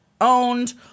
owned